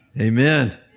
Amen